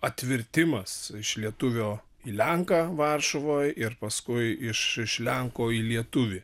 atvirtimas iš lietuvio į lenką varšuvoje ir paskui iš iš lenko į lietuvį